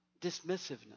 dismissiveness